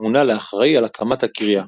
מונה לאחראי על הקמת הקריה.